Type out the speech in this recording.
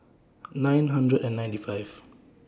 nine hundred and ninety five